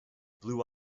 blue